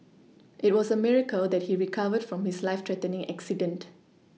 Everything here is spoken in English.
it was a miracle that he recovered from his life threatening accident